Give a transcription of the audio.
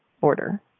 Order